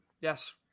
yes